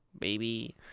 baby